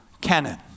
Canon